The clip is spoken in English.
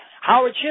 Howard